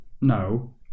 No